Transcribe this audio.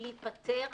מסכים איתך.